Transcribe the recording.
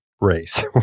race